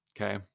okay